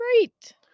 Great